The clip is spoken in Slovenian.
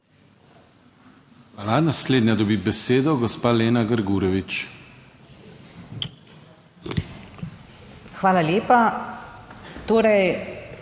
Hvala. Naslednja dobi besedo gospa Lena Grgurevič. Hvala lepa. LENA